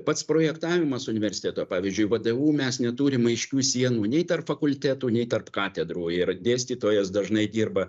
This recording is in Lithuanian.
pats projektavimas universiteto pavyzdžiui vdu mes neturim aiškių sienų nei tarp fakultetų nei tarp katedrų ir dėstytojas dažnai dirba